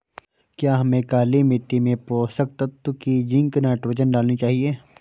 क्या हमें काली मिट्टी में पोषक तत्व की जिंक नाइट्रोजन डालनी चाहिए?